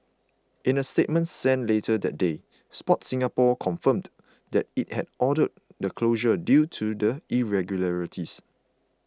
in a statement sent later that day Sport Singapore confirmed that it had ordered the closure due to the irregularities